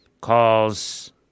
Calls